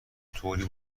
طوری